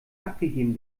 abgegeben